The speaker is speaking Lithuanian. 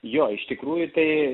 jo iš tikrųjų tai